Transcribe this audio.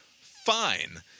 fine